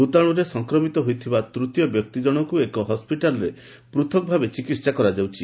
ଭୂତାଣୁରେ ସଂକ୍ରମିତ ହୋଇଥିବା ତୂତୀୟ ବ୍ୟକ୍ତିଜଣକୁ ଏକ ହସ୍ୱିଟାଲରେ ପୃଥକ୍ ଭାବେ ଚିକିତ୍ସା କରାଯାଉଛି